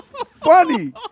funny